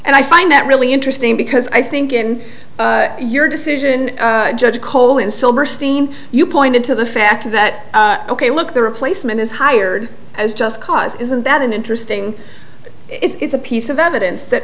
and i find that really interesting because i think in your decision judge colin silberstein you pointed to the fact that ok look the replacement is hired as just cause isn't that an interesting it's a piece of evidence that